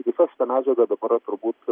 visa šita medžiaga dabar turbūt